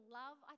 love